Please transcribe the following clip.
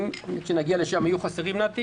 כשנגיע לשם אם יהיו חסרים דברים,